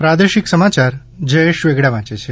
પ્રાદેશિક સમાચાર જયેશ વેગડા વાંચે છે